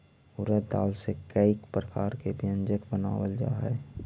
उड़द दाल से कईक प्रकार के व्यंजन बनावल जा हई